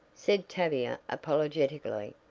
said tavia apologetically,